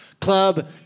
club